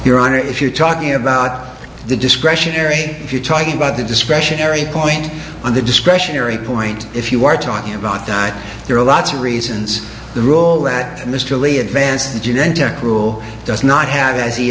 your honor if you're talking about the discretionary if you're talking about the discretionary point on the discretionary point if you are talking about that there are lots of reasons the role that mr lay advanced the gender rule does not have as he